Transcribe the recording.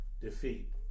defeat